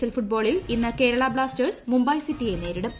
L ഫുട്ബോളിൽ ഇന്ന് Kerala Blasters Mumbai സിറ്റിയെ നേരിടും